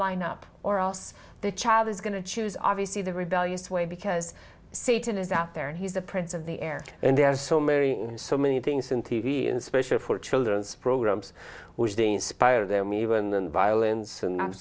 line up or else the child is going to choose obviously the rebellious way because satan is out there and he's the prince of the air and there's so mary and so many things in t v and special for children's programs which they inspire them even than violence and